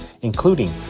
including